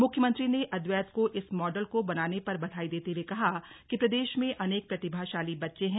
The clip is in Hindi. मुख्यमंत्री ने अद्दैत को इस मॉडल को बनाने पर बधाई देते हए कहा कि प्रदेश में अनेक प्रतिभाशाली बच्चे हैं